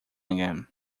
again